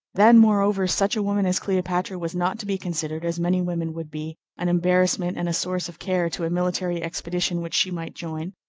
then, moreover, such a woman as cleopatra was not to be considered, as many women would be, an embarrassment and a source of care to a military expedition which she might join,